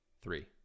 three